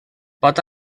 pot